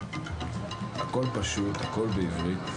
הרי הם יושבים שם מרוכזים.